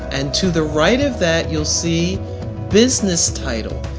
and to the right of that, you'll see business title.